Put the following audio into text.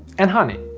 and honey.